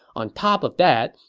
on top of that,